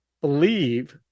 believe